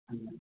ம்